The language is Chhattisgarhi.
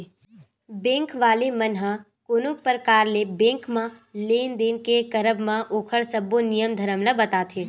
बेंक वाला मन ह कोनो परकार ले बेंक म लेन देन के करब म ओखर सब्बो नियम धरम ल बताथे